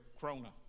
corona